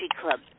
Club